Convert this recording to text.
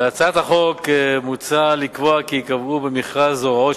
בהצעת החוק מוצע לקבוע כי ייקבעו במכרז הוראות